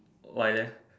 why leh